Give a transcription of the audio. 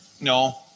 No